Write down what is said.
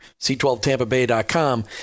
C12TampaBay.com